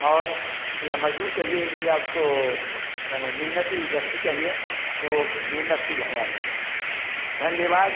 और या मज़दूर कहिए या उसको माने मेहनती व्यक्ति कहिए तो मेहनत शील हैं या नहीं धंधेबाज़